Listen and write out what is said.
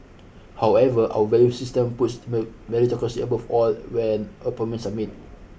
however our value system puts meritocracy above all when appointment submit